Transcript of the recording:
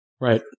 Right